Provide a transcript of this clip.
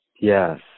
Yes